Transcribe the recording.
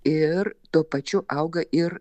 ir tuo pačiu auga ir